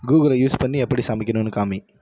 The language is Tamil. கூகுளை யூஸ் பண்ணி எப்படி சமைக்கணும்னு காமி